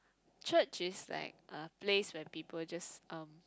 church is like a place where people just um